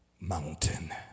mountain